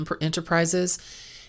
enterprises